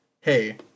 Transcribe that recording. hey